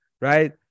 right